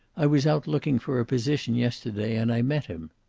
i was out looking for a position yesterday and i met him.